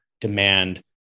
demand